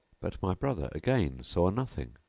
but my brother again saw nothing.